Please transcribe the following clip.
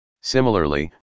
Similarly